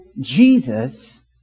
Jesus